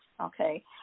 Okay